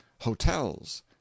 hotels